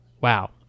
wow